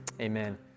Amen